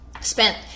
spent